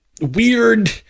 weird